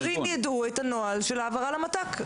שהשוטרים יידעו את הנוהל של ההעברה למת"ק.